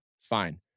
fine